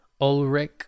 Ulrich